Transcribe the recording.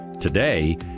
Today